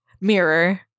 Mirror